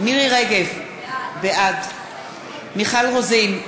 מירי רגב, בעד מיכל רוזין,